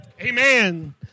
Amen